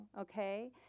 okay